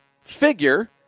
figure